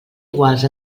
iguals